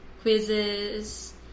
quizzes